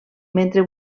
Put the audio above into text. mentre